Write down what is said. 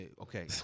okay